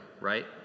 right